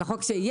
על החוק שיהיה.